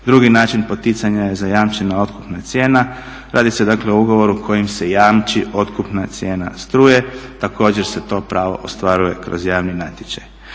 Drugi način poticanja je zajamčena otkupna cijena. Radi se o ugovori kojim se jamči otkupna cijena struje, također se to pravo ostvaruje kroz javni natječaj.